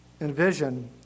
envision